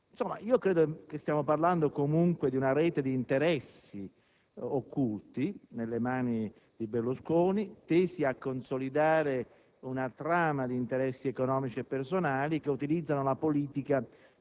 comunque, che stiamo parlando di una rete di interessi occulti nelle mani di Berlusconi, tesi a consolidare una trama di interessi economici e personali, che a volte utilizzano la politica